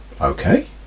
okay